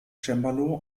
cembalo